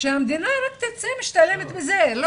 שהמדינה רק תצא משתלמת מזה.